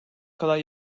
kadar